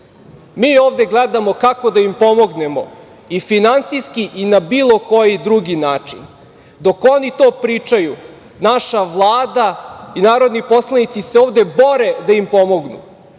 mi ovde gledamo kako da im pomognemo, i finansijski i na bilo koji drugi način. Dok oni to pričaju, naša Vlada i narodni poslanici se ovde bore da im pomognu.